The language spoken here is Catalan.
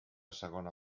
segona